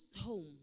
home